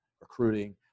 recruiting